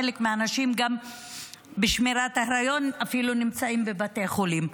חלק מהנשים בשמירת ההיריון אפילו נמצאות בבתי החולים.